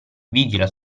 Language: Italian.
vigila